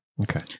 Okay